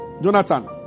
Jonathan